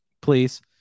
please